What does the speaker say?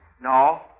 No